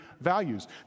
values